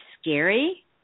scary